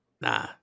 nah